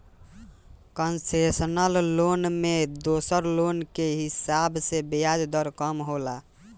concessional loan में दोसर loan के हिसाब से ब्याज दर कम होला